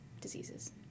diseases